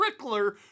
trickler